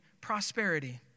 prosperity